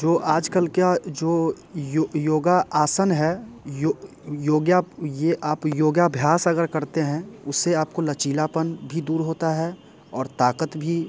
जो आजकल क्या जो योगा आसन है ये आप योगाभ्यास अगर करते हैं उससे आपको लचीलापन भी दूर होता है और ताकत भी